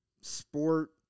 sport